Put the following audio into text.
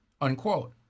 unquote